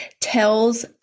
tells